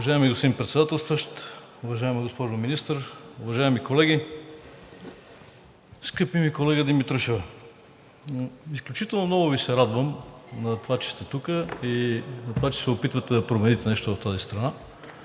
Уважаеми господин Председателстващ, уважаема госпожо Министър, уважаеми колеги! Скъпа ми колега Димитрушева, изключително много Ви се радвам на това, че сте тук, и на това, че се опитвате да промените нещо в тази страна